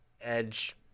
edge